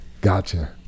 Gotcha